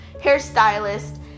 hairstylist